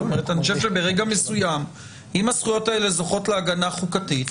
אני חושב שברגע מסוים אם הזכויות האלה זוכות להגנה חוקתית,